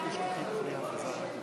נתקבלה.